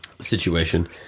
situation